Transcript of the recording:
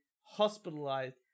hospitalized